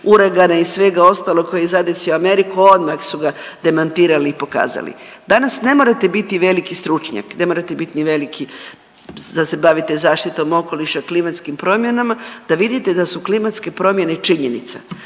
uragana i svega ostalog koji je zadesio Ameriku odmah su ga demantirali i pokazali. Danas ne morate biti veliki stručnjak, ne morate biti ni veliki da se bavite zaštitom okoliša, klimatskim promjenama da vidite da su klimatske promjene činjenica